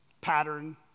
pattern